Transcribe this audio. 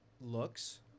looks